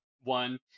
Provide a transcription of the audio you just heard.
one